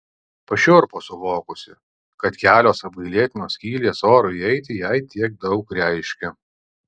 pašiurpo suvokusi kad kelios apgailėtinos skylės orui įeiti jai tiek daug reiškia